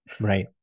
Right